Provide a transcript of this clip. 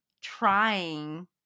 trying